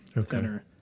Center